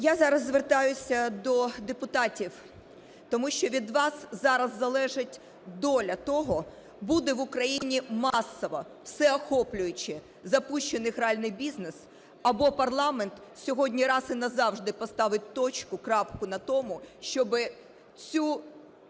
Я зараз звертаюся до депутатів, тому що від вас зараз залежить доля того, буде в Україні масово всеохоплююче запущений гральний бізнес або парламент сьогодні раз і назавжди поставить крапку на тому, щоб цю,